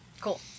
Cool